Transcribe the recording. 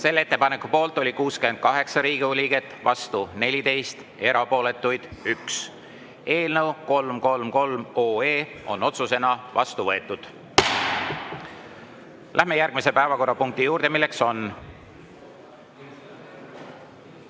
Selle ettepaneku poolt oli 68 Riigikogu liiget, vastu 14, erapooletuid 1. Eelnõu 333 on otsusena vastu võetud. Läheme järgmise päevakorrapunkti juurde, milleks on